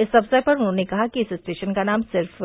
इस अवसर पर उन्होंने कहा कि इस स्टेशन का सिर्फ